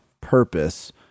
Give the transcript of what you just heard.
purpose